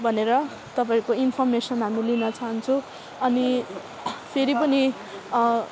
भनेर तपाईँहरूको इन्फर्मेसन हामी लिन चाहन्छु अनि फेरि पनि